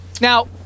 Now